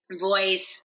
voice